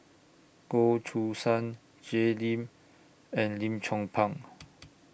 Goh Choo San Jay Lim and Lim Chong Pang